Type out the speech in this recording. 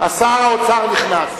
שר האוצר נכנס.